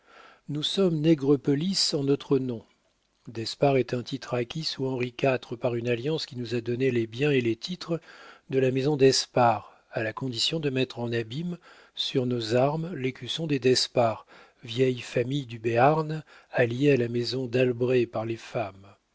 nous sommes nègrepelisse en notre nom d'espard est un titre acquis sous henri iv par une alliance qui nous a donné les biens et les titres de la maison d'espard à la condition de mettre en abîme sur nos armes l'écusson des d'espards vieille famille du béarn alliée à la maison d'albret par les femmes